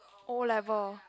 O-level